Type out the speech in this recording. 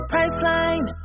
Priceline